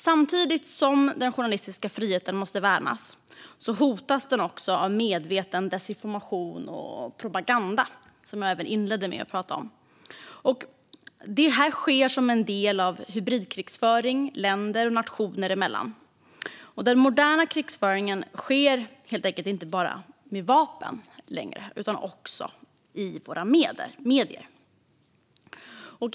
Samtidigt som den journalistiska friheten måste värnas hotas den också av medveten desinformation och propaganda, som jag inledde med att prata om. Det sker som en del av hybridkrigföring länder och nationer emellan. Den moderna krigföringen sker helt enkelt inte längre bara med vapen utan också i våra medier.